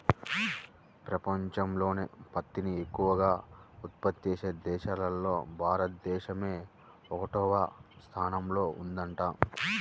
పెపంచంలోనే పత్తిని ఎక్కవగా ఉత్పత్తి చేసే దేశాల్లో భారతదేశమే ఒకటవ స్థానంలో ఉందంట